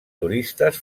turistes